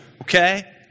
okay